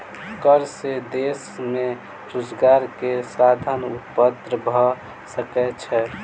कर से देश में रोजगार के साधन उत्पन्न भ सकै छै